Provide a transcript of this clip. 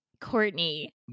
Courtney